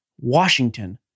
Washington